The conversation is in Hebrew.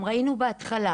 גם ראינו בהתחלה